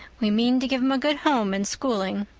we mean to give him a good home and schooling.